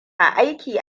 aiki